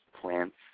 plants